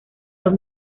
dos